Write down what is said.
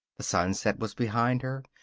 the sunset was behind her.